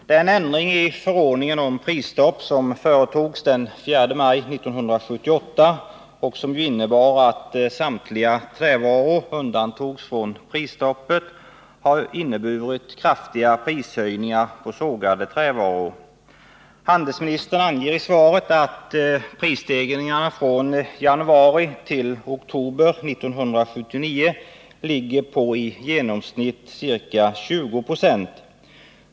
Den ändring i förordningen om prisstopp som företogs den 4 maj 1978 och som innebar att samtliga trävaror undantogs från prisstoppet har medfört kraftiga prishöjningar på sågade trävaror. Handelsministern anger i svaret att 141 prisstegringarna från januari till oktober 1979 ligger på i genomsnitt ca 20 96.